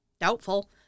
Doubtful